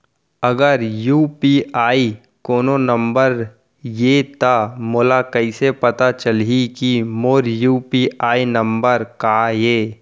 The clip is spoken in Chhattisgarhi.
अगर यू.पी.आई कोनो नंबर ये त मोला कइसे पता चलही कि मोर यू.पी.आई नंबर का ये?